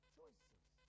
choices